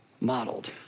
modeled